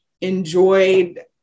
enjoyed